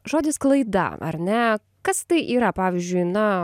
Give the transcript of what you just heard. žodis klaida ar ne kas tai yra pavyzdžiui na